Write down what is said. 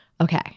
okay